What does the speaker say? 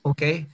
Okay